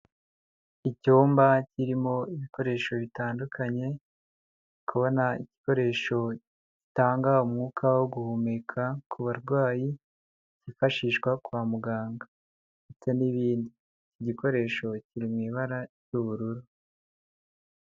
Icyumba kirimo ibikoresho bitandukanye, ndi kubona igikoresho gitanga umwuka wo guhumeka ku barwayi cyifashishwa kwa muganga ndetse n'ibindi, igikoresho kiri mu ibara ry'ubururu.